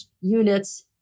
units